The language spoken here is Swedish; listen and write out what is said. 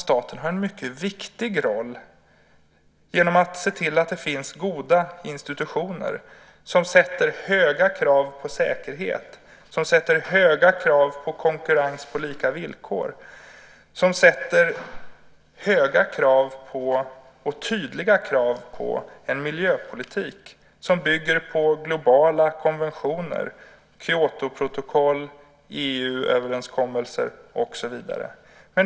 Staten har en mycket viktig roll genom att se till att det finns goda institutioner som ställer höga krav på säkerhet, som ställer höga krav på konkurrens på lika villkor, som ställer höga och tydliga krav på en miljöpolitik som bygger på globala konventioner, Kyotoprotokoll, EU-överenskommelser och så vidare.